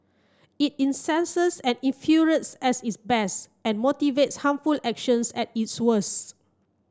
it incenses and infuriates at its best and motivates harmful actions at its worst